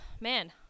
man